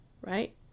right